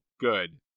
good